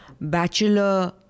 bachelor